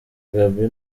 gaby